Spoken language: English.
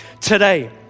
today